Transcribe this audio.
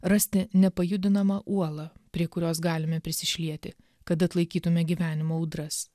rasti nepajudinamą uolą prie kurios galime prisišlieti kad atlaikytume gyvenimo audras